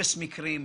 באפס מקרים?